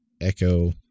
echo